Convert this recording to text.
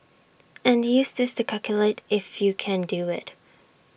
and use this to calculate if you can do IT